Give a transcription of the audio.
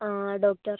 ആ ഡോക്ടർ